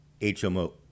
HMO